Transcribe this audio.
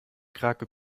krake